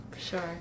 Sure